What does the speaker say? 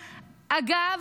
אגב,